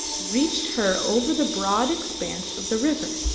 reached her over the broad expanse of the river.